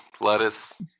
lettuce